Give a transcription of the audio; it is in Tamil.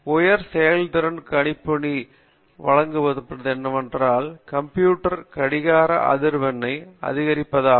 உயர் செயல்திறன் கணிப்பொறி அழைக்கப்படுவது என்னவென்றால் கம்ப்யூட்டர் கடிகார அதிர்வெண்ணை அதிகரிபதாகும்